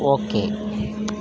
okay